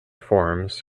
forms